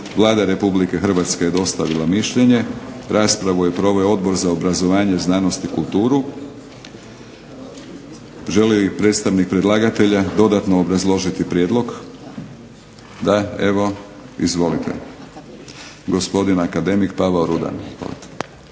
Vlada Republike Hrvatske je dostavila mišljenje. Raspravu je proveo Odbor za obrazovanje, znanost i kulturu. Želi li predstavnik predlagatelja dodatno obrazložiti prijedlog? Da. Izvolite, gospodin akademik Pavao Rudan.